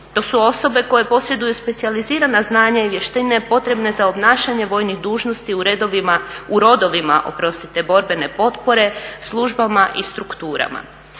To su osobe koje posjeduju specijalizirana znanja i vještine potrebne za obnašanje vojnih dužnosti u rodovima borbene potpore, službama i strukturama.